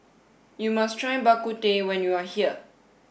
you must try Bak Kut Teh when you are here